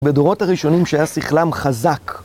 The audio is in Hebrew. בדורות הראשונים שהיה שכלם חזק.